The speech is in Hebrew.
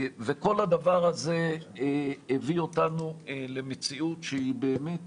כל הדבר הזה הביא אותנו למציאות שהיא באמת